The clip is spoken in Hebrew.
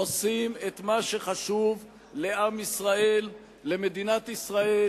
עושים את מה שחשוב לעם ישראל, למדינת ישראל,